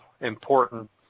important